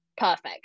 perfect